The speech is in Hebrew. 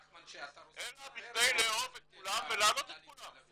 אלא בכדי לאהוב את כולם ולהעלות את כולם.